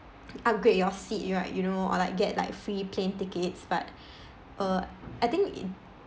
upgrade your seat right you know or like get like free plane tickets but uh I think it